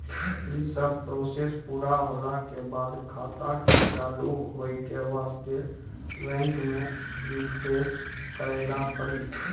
यी सब प्रोसेस पुरा होला के बाद खाता के चालू हो के वास्ते बैंक मे रिफ्रेश करैला पड़ी?